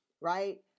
right